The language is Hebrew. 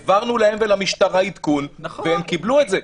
העברנו להם ולמשטרה עדכון והם קיבלו את זה.